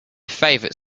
favourite